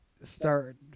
start